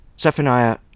Zephaniah